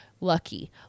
lucky